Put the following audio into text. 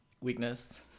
weakness